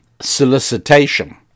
solicitation